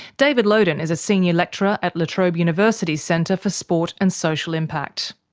david lowden is a senior lecturer at la trobe university's centre for sport and social impact.